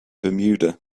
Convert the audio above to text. bermuda